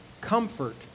Comfort